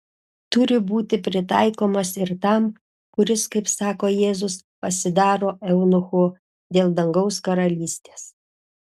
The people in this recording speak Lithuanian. turi būti pritaikomas ir tam kuris kaip sako jėzus pasidaro eunuchu dėl dangaus karalystės